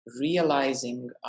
realizing